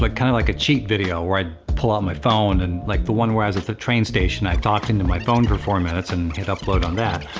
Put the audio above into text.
like kind of like a cheat video, where i'd pull out my phone, and like, the one where i was at the train station. i talked into my phone for four minutes, and hit upload on that.